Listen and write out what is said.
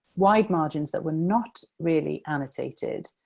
wide margins that were not really annotated,